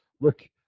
look